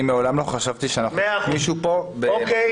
אני מעולם לא חשבתי שאנחנו -- -מישהו פה --- הצבעה אושרה.